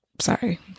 sorry